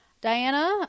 Diana